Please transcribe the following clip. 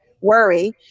worry